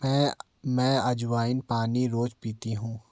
मैं अज्वाइन पानी रोज़ पीती हूँ